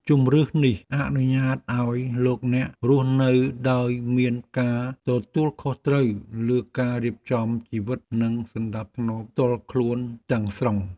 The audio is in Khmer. ជម្រើសនេះអនុញ្ញាតឱ្យលោកអ្នករស់នៅដោយមានការទទួលខុសត្រូវលើការរៀបចំជីវិតនិងសណ្ដាប់ធ្នាប់ផ្ទាល់ខ្លួនទាំងស្រុង។